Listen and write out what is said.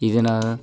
ਇਹਦੇ ਨਾਲ